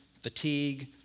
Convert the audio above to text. fatigue